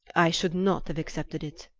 i should not have accepted it.